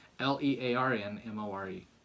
L-E-A-R-N-M-O-R-E